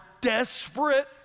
desperate